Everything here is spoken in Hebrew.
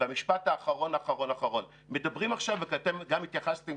ומשפט אחרון מדברים עכשיו וגם אתם התייחסתם